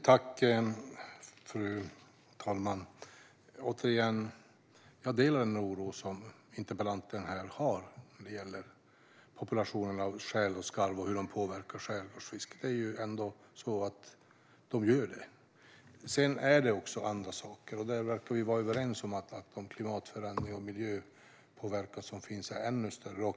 Fru talman! Återigen: Jag delar interpellantens oro när det gäller populationen av säl och skarv och hur de påverkar skärgårdsfisket. Vi verkar också vara överens om att den klimat och miljöpåverkan som finns är stor.